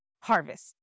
harvest